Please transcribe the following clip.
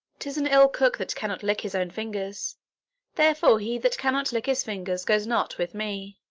tis an ill cook that cannot lick his own fingers therefore he that cannot lick his fingers goes not with me.